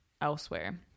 elsewhere